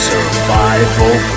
Survival